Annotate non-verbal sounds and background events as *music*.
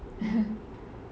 *laughs*